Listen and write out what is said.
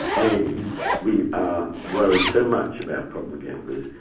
and we are worried so much about problem gamblers,